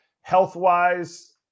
health-wise